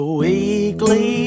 weekly